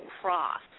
cross